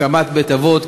הקמת בית-אבות,